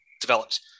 developed